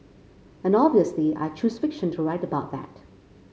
and obviously I choose fiction to write about that